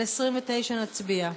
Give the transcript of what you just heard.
על 29 נצביע.